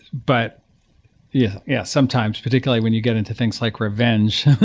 but yeah yeah, sometimes particularly when you get into things like revenge,